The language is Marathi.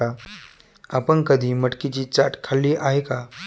आपण कधी मटकीची चाट खाल्ली आहे का?